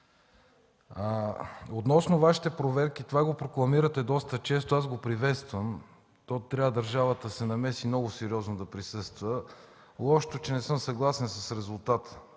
Относно Вашите проверки, това прокламирате доста често, аз го приветствам: тук държавата трябва да се намеси и много сериозно да присъства. Лошото е, че не съм съгласен с резултата.